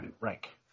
rank